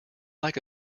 like